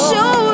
Show